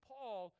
Paul